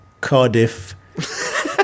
Cardiff